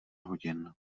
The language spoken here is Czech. hodin